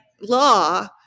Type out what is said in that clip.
law